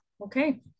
okay